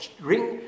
ring